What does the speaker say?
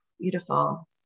Beautiful